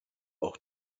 auch